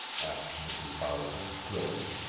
asked mrs. bowser shrilly.